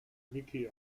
mickey